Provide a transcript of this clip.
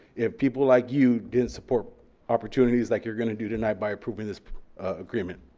if people like you didn't support opportunities like you're gonna do tonight by approving this agreement.